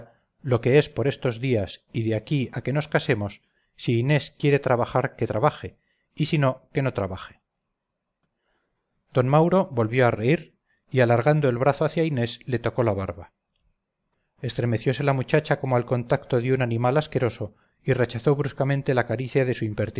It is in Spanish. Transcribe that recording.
lo que es por estos días y de aquí a que nos casemos si inés quiere trabajar que trabaje y si no que no trabaje d mauro volvió a reír y alargando el brazo hacia inés le tocó la barba estremeciose la muchacha como al contacto de un animal asqueroso y rechazó bruscamente la caricia de su